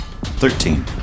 Thirteen